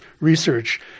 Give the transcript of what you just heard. research